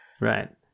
Right